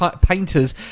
painters